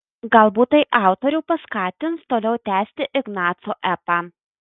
galbūt tai autorių paskatins toliau tęsti ignaco epą